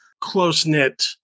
close-knit